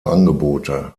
angebote